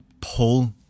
pull